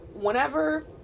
whenever